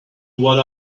what